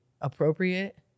appropriate